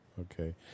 Okay